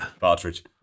Partridge